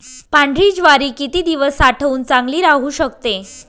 पांढरी ज्वारी किती दिवस साठवून चांगली राहू शकते?